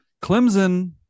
Clemson